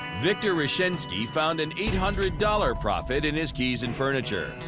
victor rjesnjansky found an eight hundred dollars profit in his keys and furniture.